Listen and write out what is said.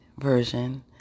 version